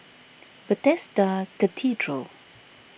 Bethesda Cathedral